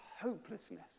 hopelessness